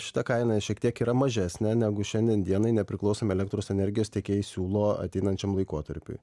šita kaina šiek tiek yra mažesnė negu šiandien dienai nepriklausomi elektros energijos tiekėjai siūlo ateinančiam laikotarpiui